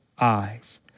eyes